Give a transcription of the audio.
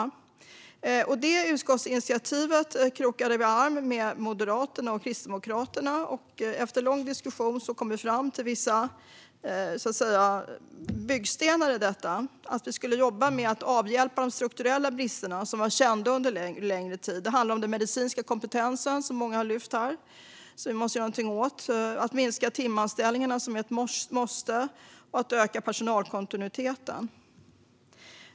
När det gäller utskottsinitiativet krokade vi arm med Moderaterna och Kristdemokraterna, och efter en lång diskussion kom vi fram till vissa byggstenar i detta. Vi ska jobba med att avhjälpa de strukturella bristerna, som varit kända under en längre tid. Det handlar om den medicinska kompetensen, som många har lyft här, som vi måste göra någonting åt. Det handlar om att minska timanställningarna - det är ett måste - och om att öka personalkontinuiteten.